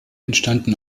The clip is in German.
entstanden